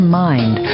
mind